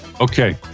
okay